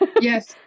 Yes